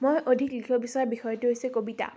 মই অধিক লিখিব বিচৰা বিষয়টো হৈছে কবিতা